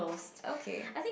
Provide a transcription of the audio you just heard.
okay